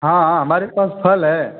हाँ हाँ हमारे पास फल हैं